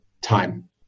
time